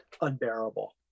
unbearable